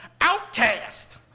outcast